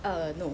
err no